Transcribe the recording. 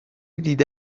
دیده